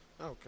Okay